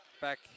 back